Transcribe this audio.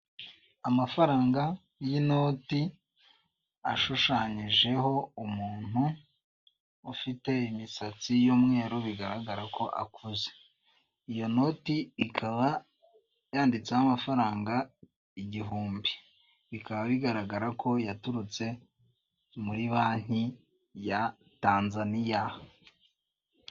Amafaranga y'inoti ashushanyijeho umuntu ufite imisatsi y'umweru bigaragara ko akuze. Iyo noti ikaba yanditseho amafaranga igihumbi, bikaba bigaragara ko yaturutse muri banki ya Tanzaniya.